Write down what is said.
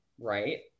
right